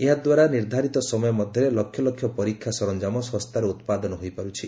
ଏହାଦ୍ୱାରା ନିର୍ଦ୍ଧାରିତ ସମୟ ମଧ୍ୟରେ ଲକ୍ଷ ଲକ୍ଷ ପରୀକ୍ଷା ସରଞ୍ଜାମ ଶସ୍ତାରେ ଉତ୍ପାଦନ ହୋଇପାରୁଛି